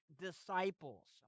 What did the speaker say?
disciples